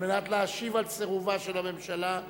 כדי להשיב על סירובה של הממשלה.